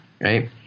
right